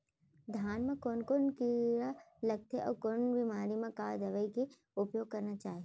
धान म कोन कोन कीड़ा लगथे अऊ कोन बेमारी म का दवई के उपयोग करना चाही?